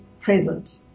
present